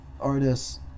artists